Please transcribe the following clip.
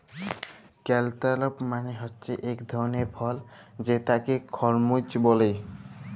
cantaloupe মালে হছে ইক ধরলের ফল যেটাকে খরমুজ ব্যলে